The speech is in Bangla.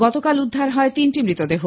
গতকাল উদ্ধার হয় তিনটি মতদেহ